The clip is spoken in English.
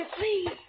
please